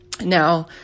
Now